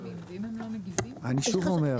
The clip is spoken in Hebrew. אני שוב אומר,